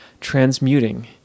transmuting